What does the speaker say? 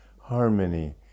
harmony